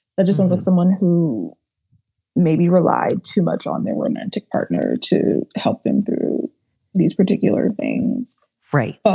that isn't like someone who maybe relied too much on their women to partner to help them through these particular things fray. right.